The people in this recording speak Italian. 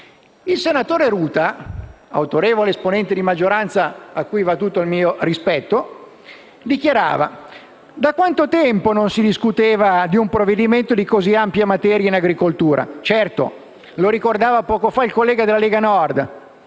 Il senatore Ruta, autorevole esponente di maggioranza a cui va tutto il mio rispetto, dichiarava: «Da quanto tempo non si discuteva di un provvedimento così ampio in materia di agricoltura? Certo - lo ricordava poco fa il collega della Lega Nord